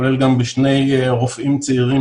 כולל גם בשני רופאים צעירים,